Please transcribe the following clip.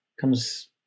comes